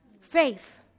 Faith